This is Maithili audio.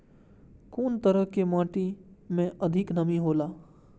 कुन तरह के माटी में अधिक नमी हौला?